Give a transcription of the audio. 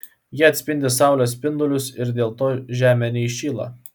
jie atspindi saulės spindulius ir dėl to žemė neįšyla